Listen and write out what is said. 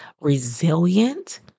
resilient